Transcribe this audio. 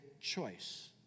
choice